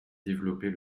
développer